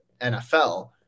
NFL